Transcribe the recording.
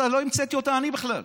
לא אני המצאתי אותה בכלל.